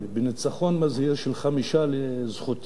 בניצחון מזהיר של חמישה לזכותי,